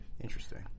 Interesting